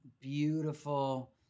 beautiful